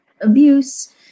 abuse